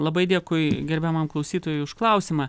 labai dėkui gerbiamam klausytojui už klausimą